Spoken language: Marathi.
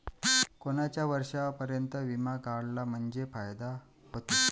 कोनच्या वर्षापर्यंत बिमा काढला म्हंजे फायदा व्हते?